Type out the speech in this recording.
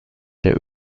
der